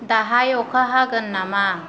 दाहाय अखा हागोन नामा